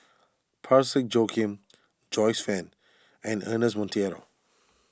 Parsick Joaquim Joyce Fan and Ernest Monteiro